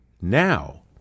now